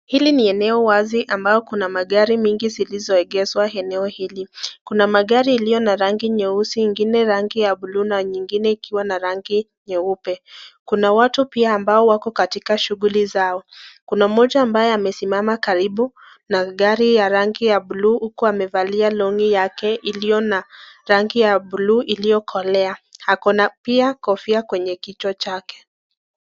Hili ni eneo wazi ambao Kuna magari mengi zilizoegeshwa eneo hili, Kuna magari iliyo na rangi nyeusi ingine rangi ya buluu na nyingine rangi nyeupe ,Kuna watu pia wako katika shughuli zao kuna moja ambaye amesimama karibu na gari ya rangi ya buluu huku amevalia longi yake iliyo na rangi ya bluu iliyo kolea, Ako na pia kofia kwenye kichwa chake.